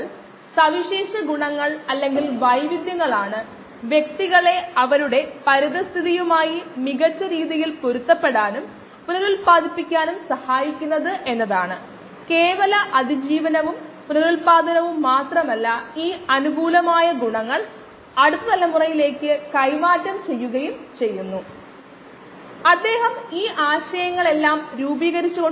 അറിയുന്നതിനോ അല്ലെങ്കിൽ പ്രശ്നപരിഹാരത്തിനുള്ള കഴിവ് ചിട്ടയായ രീതിയിൽ വികസിപ്പിക്കുന്നതിനോ നമുക്ക് താൽപ്പര്യമുണ്ടെങ്കിൽ നമ്മൾ ഈ പുസ്തകം നോക്കാൻ ആഗ്രഹിച്ചേക്കാം